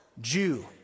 Jew